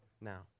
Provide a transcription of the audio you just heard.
now